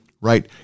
Right